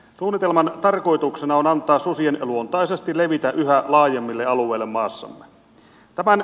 suunnitelman tarkoituksena on antaa susien luontaisesti levitä yhä laajemmille alueille maassamme